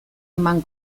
eman